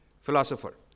philosopher